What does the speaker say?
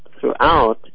throughout